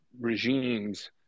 regimes